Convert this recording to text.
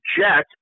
jet